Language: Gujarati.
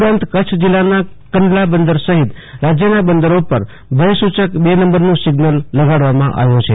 ઉપરાંત કચ્છ જિલ્લાના કંડલા બંદર સહિત રાજ્યના બંદરો ઉપર ભયસૂચક બે નંબરનું સિગ્નલ લગાડવામાં આવ્યું છે